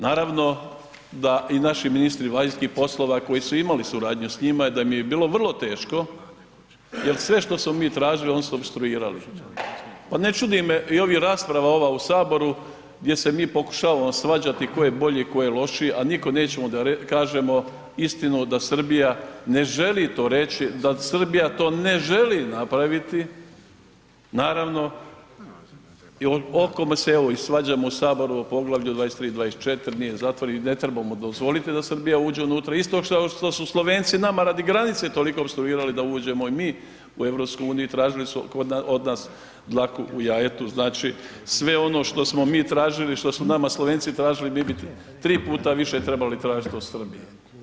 Naravno da i naši ministri vanjskih poslova koji su imali suradnju s njima da im je bilo vrlo teško jer sve što smo mi tražili, oni su opstruirali pa ne čudi me i ova rasprava ova u Saboru gdje se mi pokušavamo svađati tko je bolji, tko je lošiji a nikom nećemo da kažemo istinu da Srbija ne želi to reći, da Srbija to ne želi napraviti naravno, o kome se evo i svađamo u Saboru o poglavlju 23, 24, ... zatvori ne trebamo dozvoliti da Srbija uđe unutra kao što su Slovenci nama radi granice toliko opstruirali da uđemo i mi u EU i tražili su od nas dlaku u jajetu, znači sve ono što smo mi tražili, što su nama Slovenci tražili, mi bi tri puta više trebali tražiti od Srbije.